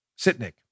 Sitnik